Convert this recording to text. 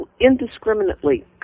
indiscriminately